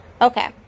Okay